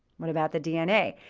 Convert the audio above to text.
what about the dna?